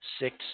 six